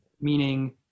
meaning